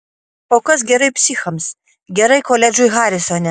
o kas gerai psichams gerai koledžui harisone